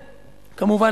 כמובן,